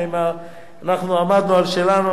אנחנו עמדנו על שלנו,